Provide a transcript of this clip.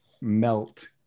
melt